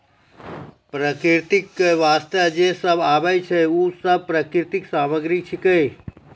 प्रकृति क वास्ते जे सब आबै छै, उ सब प्राकृतिक सामग्री छिकै